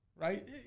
right